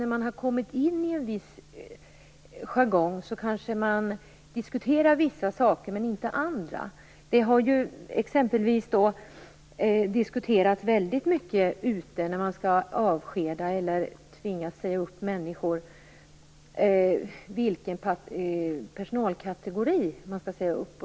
När man har kommit in i en viss jargong kanske man diskuterar vissa saker men inte andra. Det har t.ex. diskuterats väldigt mycket när man tvingas säga upp människor vilken personalkategori som skall sägas upp.